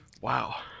Wow